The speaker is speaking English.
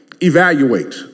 evaluate